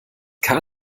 gar